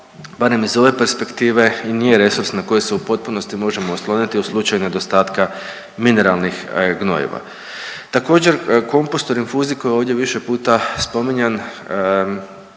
barem iz ove perspektive, i nije resurs na koji se u potpunosti možemo osloniti u slučaju nedostatka mineralnih gnojiva. Također kompost u rinfuzi koji je ovdje više puta spominjan